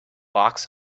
box